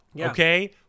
Okay